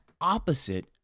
opposite